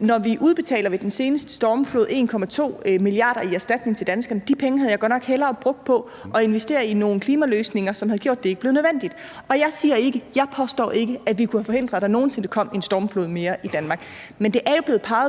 forbindelse med den seneste stormflod udbetalte 1,2 mia. kr. i erstatning til danskerne, vil jeg også sige, at de penge havde jeg nok hellere brugt på at investere i nogle klimaløsninger, som havde gjort, at det ikke blev nødvendigt. Og jeg påstår ikke, at vi kunne have forhindret, at der nogen sinde mere kom en stormflod i Danmark, men der er